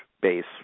base